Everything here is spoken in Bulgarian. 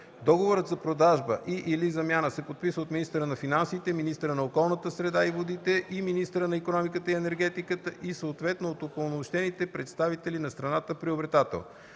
Договорът за продажба и/или замяна се подписва от министъра на финансите, министъра на околната среда и водите и министъра на икономиката и енергетиката и съответно от упълномощените представители на страната приобретател.